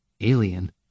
Alien